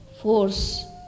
force